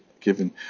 given